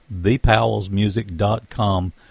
thepowellsmusic.com